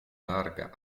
larga